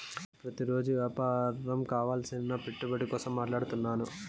ప్రతిరోజు వ్యాపారం కావలసిన పెట్టుబడి కోసం మాట్లాడుతున్నాను